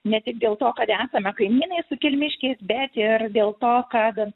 ne tik dėl to kad esame kaimynai su kelmiškiais bet ir dėl to kad